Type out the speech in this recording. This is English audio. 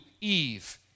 Eve